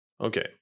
Okay